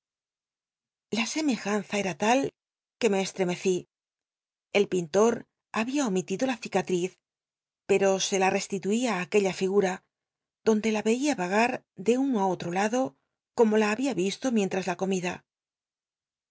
la semejanza cra la que me cstcmccí el pintot hnbia omilitlo la cicatriz pero se la cstituí í lquclla ligma donde la veía vagar de uno i otro lado como la había visto mientras la comida